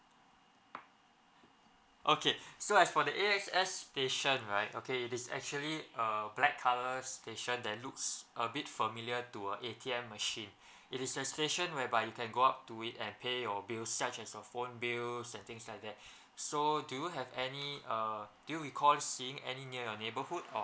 okay so as for the A S X station right okay it is actually err black colour station that looks a bit familiar to a A_T_M machine it is a station whereby you can go out to it and pay your bills such as your phone bills and things like that so do you have any err do you recall seeing any near your neighborhood